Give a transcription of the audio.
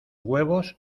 huevos